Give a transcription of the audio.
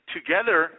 Together